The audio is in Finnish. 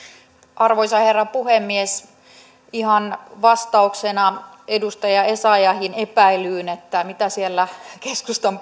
arvoisa herra puhemies ihan vastauksena edustaja essayahin epäilyyn siitä mitä siellä keskustan